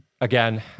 again